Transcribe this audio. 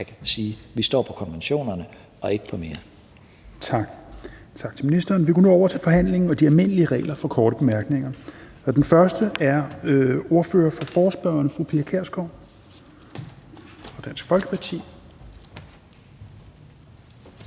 17:11 Fjerde næstformand (Rasmus Helveg Petersen): Tak til ministeren. Vi går nu over til forhandlingen og de almindelige regler for korte bemærkninger. Den første er ordfører for forespørgerne fru Pia Kjærsgaard fra Dansk Folkeparti.